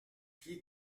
qui